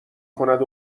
کند